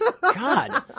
God